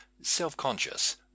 self-conscious